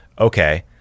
Okay